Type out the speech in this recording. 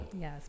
Yes